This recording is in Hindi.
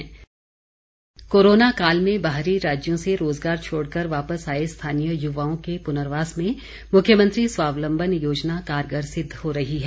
स्वावलंबन योजना कोरोना काल में बाहरी राज्यों से रोजगार छोड़कर वापस आए स्थानीय युवाओं के पुर्नवास में मुख्यमंत्री स्वावलंबन योजना कारगर सिद्ध हो रही है